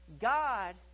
God